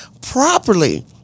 properly